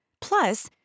Plus